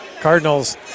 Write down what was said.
Cardinals